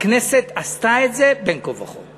הכנסת עשתה את זה בין כה וכה.